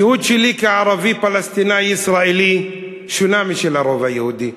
הזהות שלי כערבי פלסטיני ישראלי שונה משל הרוב היהודי.